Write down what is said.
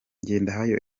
ngendahayo